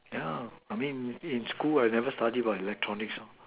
yeah I mean in school I never study about electronics